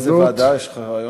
באיזו ועדה, יש לך רעיון?